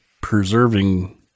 preserving